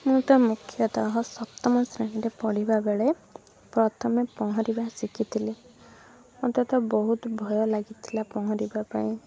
ମୁଁ ତ ମୁଖ୍ୟତଃ ସପ୍ତମ ଶ୍ରେଣୀରେ ପଢ଼ିବା ବେଳେ ପ୍ରଥମେ ପହଁରିବା ଶିଖିଥିଲି ମୋତେ ତ ବହୁତ ଭୟ ଲାଗିଥିଲା ପହଁରିବା ପାଇଁ